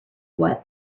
what